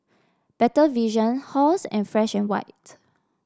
Better Vision Halls and Fresh And White